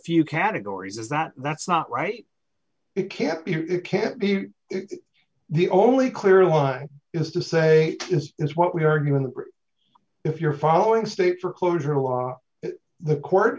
few categories is not that's not right it can't be it can't be the only clear line is to say this is what we're arguing if you're following state for closure law the court